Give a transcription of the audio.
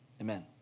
Amen